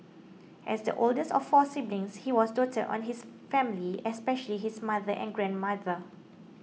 as the oldest of four siblings he was doted on his family especially his mother and grandmother